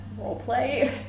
roleplay